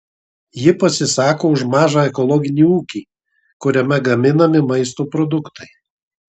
ji pasisako už mažą ekologinį ūkį kuriame gaminami maisto produktai